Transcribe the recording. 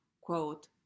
quote